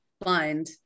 blind